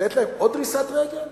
לתת להם עוד דריסת רגל?